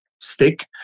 stick